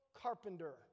carpenter